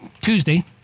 Tuesday